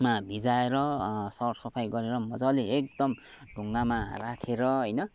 मा भिजाएर सरसफाई गरेर मज्जाले एकदम ढुङ्गामा राखेर होइन